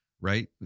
right